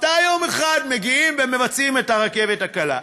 יום אחד מגיעים ומבצעים את הרכבת הקלה,